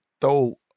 throw